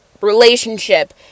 relationship